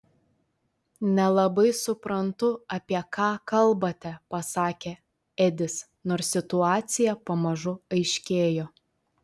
nelabai suprantu apie ką kalbate pasakė edis nors situacija pamažu aiškėjo